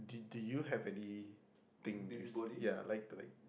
do do you have anything yeah like to like